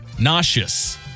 nauseous